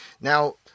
Now